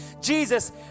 jesus